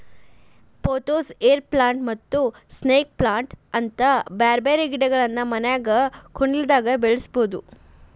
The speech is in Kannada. ಪೊಥೋಸ್, ಏರ್ ಪ್ಲಾಂಟ್ಸ್ ಮತ್ತ ಸ್ನೇಕ್ ಪ್ಲಾಂಟ್ ನಂತ ಬ್ಯಾರ್ಬ್ಯಾರೇ ಗಿಡಗಳನ್ನ ಮನ್ಯಾಗ ಕುಂಡ್ಲ್ದಾಗ ಬೆಳಸಬೋದು